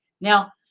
Now